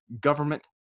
government